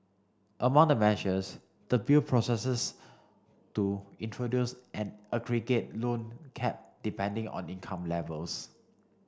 among the measures the bill proposes to introduce an aggregate loan cap depending on income levels